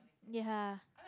ya